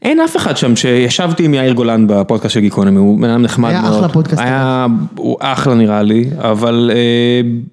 אין אף אחד שם שישבתי עם יאיר גולן בפודקאסט של גי קורנמי היה אחלה פודקאסט, הוא אחלה נראה לי אבל.